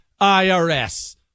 IRS